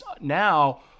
now